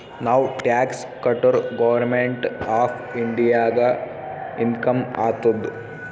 ನಾವ್ ಟ್ಯಾಕ್ಸ್ ಕಟುರ್ government of ಇಂಡಿಯಾಗ ಇನ್ಕಮ್ ಆತ್ತುದ್